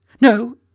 No